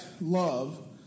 love